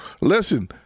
listen